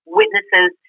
witnesses